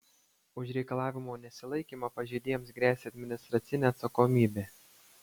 už reikalavimų nesilaikymą pažeidėjams gresia administracinė atsakomybė